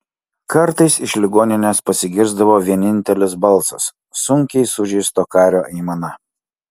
kartais iš ligoninės pasigirsdavo vienintelis balsas sunkiai sužeisto kario aimana